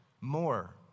more